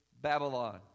Babylon